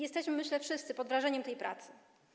Jesteśmy, myślę, wszyscy pod wrażeniem tej pracy.